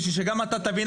בשביל שגם אתה תבין.